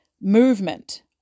movement